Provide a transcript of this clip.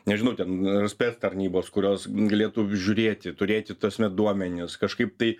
nežino ten ar spec tarnybos kurios galėtų žiūrėti turėti ta prasme duomenis kažkaip tai